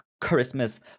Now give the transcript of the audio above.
christmas